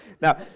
Now